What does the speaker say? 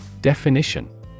Definition